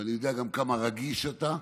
ואני יודע גם כמה רגיש אתה.